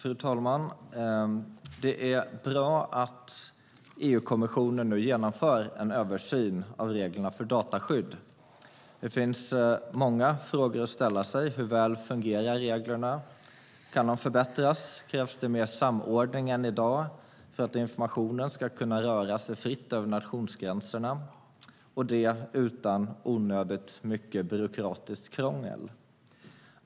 Fru talman! Det är bra att EU-kommissionen nu genomför en översyn av reglerna för dataskydd. Det finns många frågor att ställa sig. Hur väl fungerar reglerna? Kan de förbättras? Krävs det mer samordning än i dag för att informationen ska kunna röra sig fritt över nationsgränserna utan onödigt mycket byråkratiskt krångel?